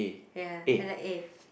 ya I like eh